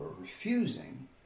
refusing